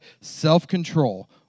self-control